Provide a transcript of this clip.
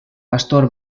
pastor